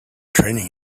training